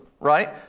right